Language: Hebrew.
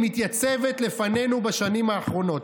היא מתייצבת לפנינו בשנים האחרונות.